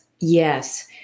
yes